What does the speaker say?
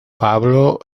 pablo